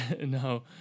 No